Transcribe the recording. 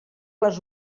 les